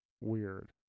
Weird